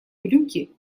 брюки